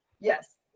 Yes